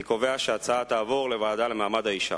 אני קובע שההצעה תעבור לוועדה לקידום מעמד האשה.